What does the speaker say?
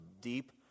deep